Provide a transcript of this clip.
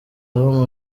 aho